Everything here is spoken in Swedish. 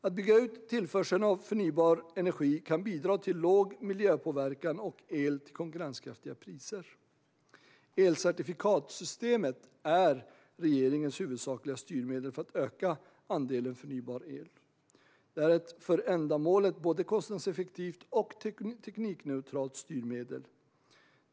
Att bygga ut tillförseln av förnybar energi kan bidra till låg miljöpåverkan och el till konkurrenskraftiga priser. Elcertifikatssystemet är regeringens huvudsakliga styrmedel för att öka andelen förnybar el. Det är ett för ändamålet både kostnadseffektivt och teknikneutralt styrmedel.